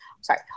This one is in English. Sorry